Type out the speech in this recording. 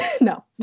No